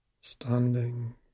Standing